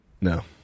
No